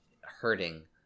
hurting